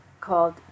called